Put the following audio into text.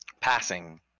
passing